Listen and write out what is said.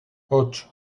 ocho